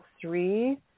three